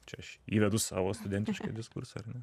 čia aš įvedu savo studentišką diskursą ar ne